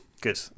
Good